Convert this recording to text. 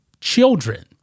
children